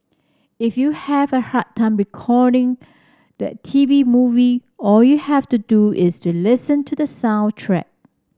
if you have a hard time recalling the T V movie all you have to do is to listen to the soundtrack